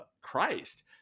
Christ